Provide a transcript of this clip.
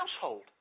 household